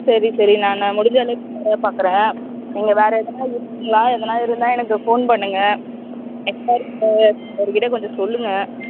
சரி சரி நான் முடிஞ்சளவுக்கு வர பார்க்குறேன் அங்கே வேறு எதனா இருக்குதுங்களா எதுனா இருந்தால் எனக்கு ஃபோன் பண்ணுங்கள் ஹெச்ஆர் கிட்டே அவருக்கிட்டே கொஞ்சம் சொல்லுங்கள்